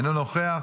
אינו נוכח,